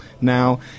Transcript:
now